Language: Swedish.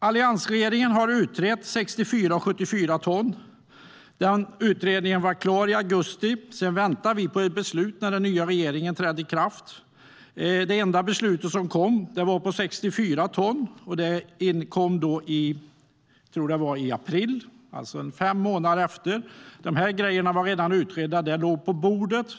Alliansregeringen har utrett 64 och 74 tons lastbilar. Den utredningen var klar i augusti. Sedan väntade vi på ett beslut när den nya regeringen tillträdde. Det enda beslut som kom gällde 64 tons lastbilar, och det kom i april. Dessa saker var redan utredda och låg på bordet.